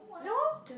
no